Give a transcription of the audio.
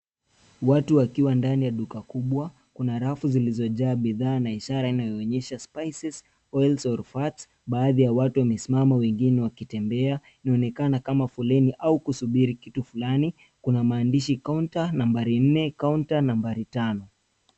Watu wakiwa ndani ya duka kubwa. Kuna rafu zilizojaa bidhaa na ishara inayoonyesha spices, oils or fats . Baadhi ya watu wamesimama wengine wakitembea. Inaonekana kama foleni au kusubiri kitu fulani. Kuna maandishi Kaunta nambari nne, kaunta nambari tano.